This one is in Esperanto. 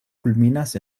kulminas